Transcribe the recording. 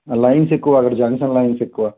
lines ఎక్కువ అక్కడ junction lines ఎక్కువ